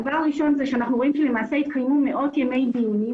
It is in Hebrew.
הדבר הראשון הוא שאנחנו רואים שלמעשה התקיימו מאות ימי דיונים